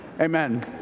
Amen